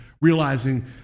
realizing